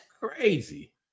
crazy